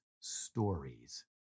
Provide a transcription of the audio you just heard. stories